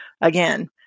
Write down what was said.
Again